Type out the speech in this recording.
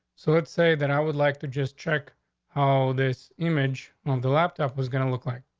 so let's say that i would like to just check how this image on the laptop was gonna look like,